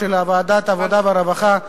ועדת העבודה והרווחה.